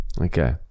Okay